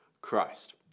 Christ